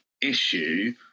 issue